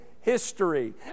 history